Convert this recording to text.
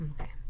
Okay